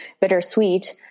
bittersweet